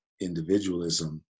individualism